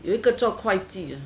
有一个做会计阿